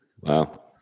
Wow